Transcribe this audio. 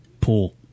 pool